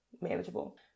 manageable